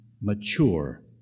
mature